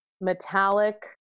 metallic